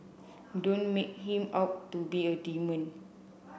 don't make him out to be a demon